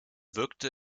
wirkte